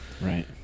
right